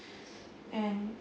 and